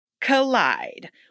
collide